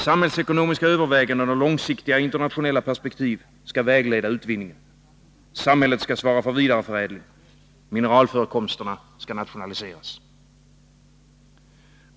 Samhällsekonomiska överväganden och långsiktiga internationella perspektiv skall vägleda utvinningen. Samhället skall svara för vidareförädlingen. Mineralförekomsterna skall nationaliseras.